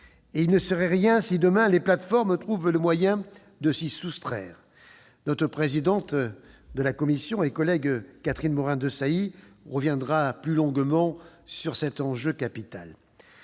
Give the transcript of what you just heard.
Et il ne sera rien si, demain, les plateformes trouvent le moyen de s'y soustraire. La présidente de la commission, Catherine Morin-Desailly, reviendra plus longuement sur cet enjeu capital.